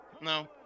No